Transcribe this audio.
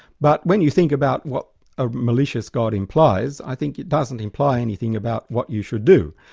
but when you think about what a malicious god implies, i think it doesn't imply anything about what you should do.